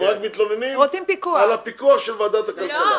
הם רק מתלוננים על הפיקוח של ועדת הכלכלה.